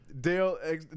dale